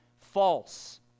False